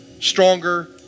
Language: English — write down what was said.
stronger